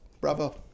Bravo